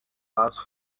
first